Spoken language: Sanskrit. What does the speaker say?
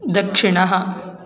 दक्षिणः